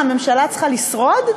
הממשלה צריכה לשרוד?